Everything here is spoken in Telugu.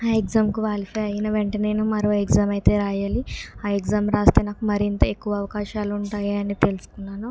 ఆ ఎగ్జామ్ క్వాలిఫై అయిన వెంటనే నేను మరో ఎగ్జామ్ అయితే రాయాలి ఆ ఎగ్జామ్ రాస్తే నాకు మరింత ఎక్కువ అవకాశాలు ఉంటాయని తెలుసుకున్నాను